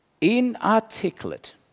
inarticulate